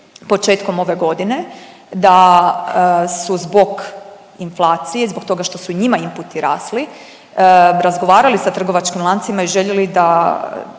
početkom ove godine da su zbog inflacije, zbog toga što su njima imputi rasli razgovarali sa trgovačkim lancima i željeli da